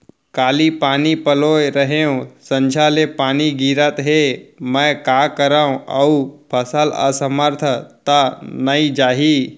काली पानी पलोय रहेंव, संझा ले पानी गिरत हे, मैं का करंव अऊ फसल असमर्थ त नई जाही?